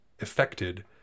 affected